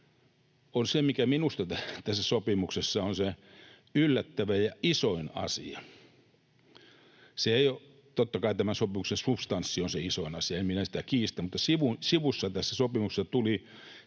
on se, mikä minusta tässä sopimuksessa on se yllättävä ja isoin asia. Totta kai tämän sopimuksen substanssi on se isoin asia, en minä sitä kiistä, mutta sivussa tässä sopimuksessa tuli